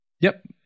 Yep